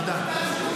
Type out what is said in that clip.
תודה.